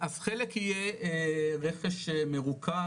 אז חלק יהיה רכש מרוכז,